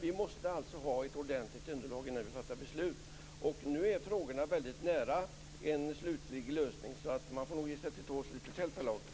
Vi måste ha ett ordentligt underlag innan vi fattar beslut. Nu är frågorna väldigt nära en slutlig lösning, så vi får nog ge oss till tåls litet till, Per Lager.